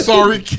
Sorry